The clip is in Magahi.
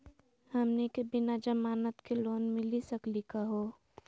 हमनी के बिना जमानत के लोन मिली सकली क हो?